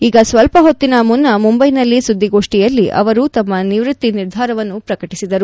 ಈಗ ಸ್ವಲ್ವ ಹೊತ್ತಿಗೆ ಮುನ್ನ ಮುಂಬೈನಲ್ಲಿ ಸುದ್ದಿಗೋಷ್ಠಿಯಲ್ಲಿ ಅವರು ತಮ್ಮ ನಿವೃತ್ತಿ ನಿರ್ಧಾರವನ್ನು ಪ್ರಕಟಿಸಿದರು